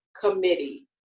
committee